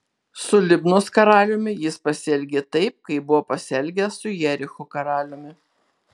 su libnos karaliumi jis pasielgė taip kaip buvo pasielgęs su jericho karaliumi